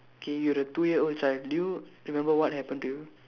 K you're a two year old child do you remember what happened to you